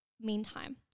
meantime